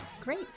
great